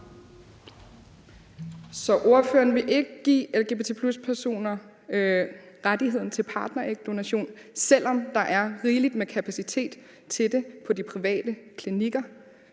Så ordføreren vil ikke give lgbt+-personer rettigheden til partnerægdonation, selv om der er rigeligt med kapacitet til det på de private klinikker?